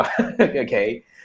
okay